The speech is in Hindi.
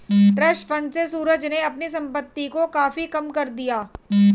ट्रस्ट फण्ड से सूरज ने अपने संपत्ति कर को काफी कम कर दिया